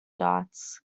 dots